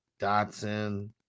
Dotson